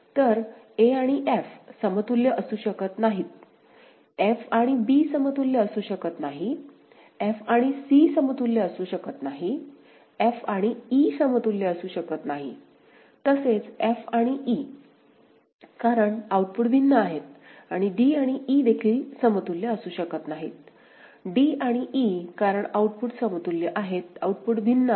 तर a आणि f समतुल्य असू शकत नाही f आणि b समतुल्य असू शकत नाही f आणि c समतुल्य असू शकत नाहीत f आणि e समतुल्य असू शकत नाहीत तसेच f आणि e कारण आउटपुट भिन्न आहेत आणि d आणि e देखील ते समतुल्य असू शकत नाहीत d आणि e कारण आउटपुट समतुल्य आहेत आउटपुट भिन्न आहेत